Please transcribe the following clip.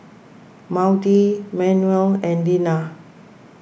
Maudie Manuel and Dinah